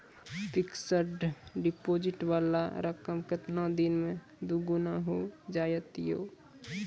Fixed deposit वाला रकम केतना दिन मे दुगूना हो जाएत यो?